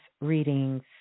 readings